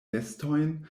vestojn